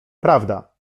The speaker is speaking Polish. prawda